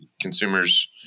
consumers